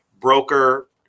broker